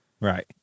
right